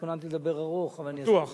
התכוננתי לדבר ארוך, אבל אני אעשה את זה, בטוח.